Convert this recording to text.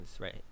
right